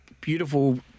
beautiful